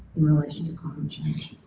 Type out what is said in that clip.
in relation to climate change.